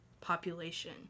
population